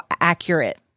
accurate